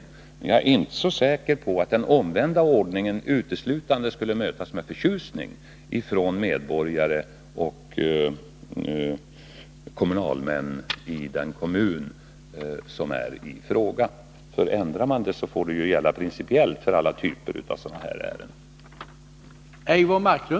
Jag är emellertid inte så säker på att en omvänd ordning uteslutande skulle mötas med förtjusning från medborgare och kommunalmän i kommunen i fråga. Ändrar man, så får ändringen gälla principiellt för alla typer av sådana här ärenden.